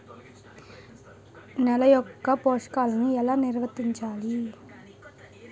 నెల యెక్క పోషకాలను ఎలా నిల్వర్తించాలి